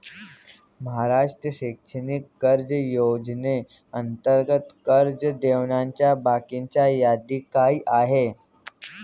महाराष्ट्र शैक्षणिक कर्ज योजनेअंतर्गत कर्ज देणाऱ्या बँकांची यादी काय आहे?